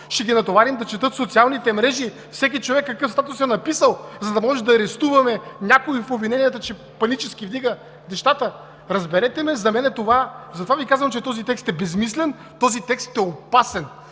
Ще ги натоварим да четат социалните мрежи – всеки човек какъв статус е написал, за да може да арестуваме някой в обвиненията, че панически вдига нещата? Разберете ме, затова Ви казвам, че този текст е безсмислен, този текст е опасен,